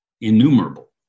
innumerable